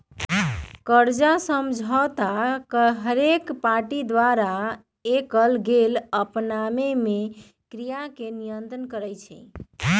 कर्जा समझौता हरेक पार्टी द्वारा कएल गेल आपनामे क्रिया के नियंत्रित करई छै